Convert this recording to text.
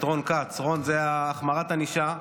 רון, זאת החמרת ענישה.